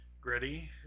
gritty